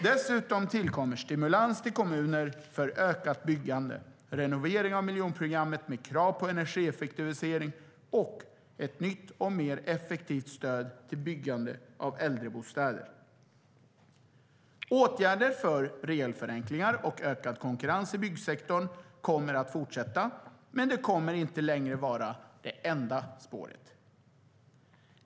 Dessutom tillkommer stimulans till kommuner för ökat byggande, renovering av miljonprogrammet med krav på energieffektivisering och ett nytt och mer effektivt stöd till byggande av äldrebostäder. Åtgärder för regelförenklingar och ökad konkurrens i byggsektorn kommer att fortsätta, men det kommer inte längre att vara det enda spåret.